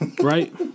Right